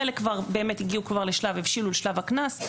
חלק הבשילו לשלב הקנס,